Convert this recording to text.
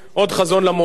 עוד חזון למועד.